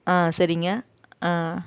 ஆ சரிங்க ஆ